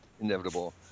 inevitable